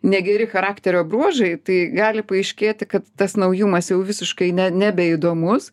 negeri charakterio bruožai tai gali paaiškėti kad tas naujumas jau visiškai ne nebeįdomus